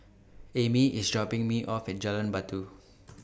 Ammie IS dropping Me off At Jalan Batu